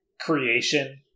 creation